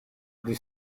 pri